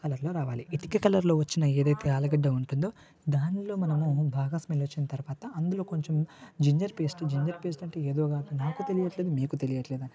ఆ కలర్లో రావాలి ఈ ఇటుకు కలర్లో వచ్చిన ఏదయితే ఉంటుందో దానిలో మనము బాగా స్మెల్ వచ్చిన తర్వాత అందులో కొంచెం జింజర్ పేస్ట్ జింజర్ పేస్ట్ అంటే ఏదో కాదండి నాకు తెలియట్లేదు మీకు తెలియట్లేదా